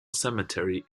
cemetery